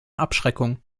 abschreckung